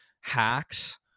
hacks